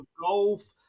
golf